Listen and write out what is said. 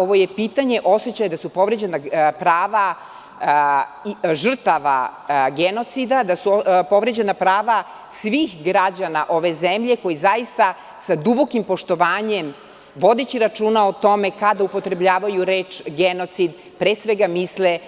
Ovo je pitanje osećaja da su povređena prava žrtava genocida, da su povređena prava svih građana ove zemlje, koji zaista sa dubokim poštovanjem, vodeći računa o tome kada upotrebljavaju reč genocid, pre svega misle